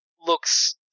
looks